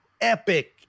epic